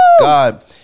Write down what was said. God